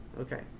Okay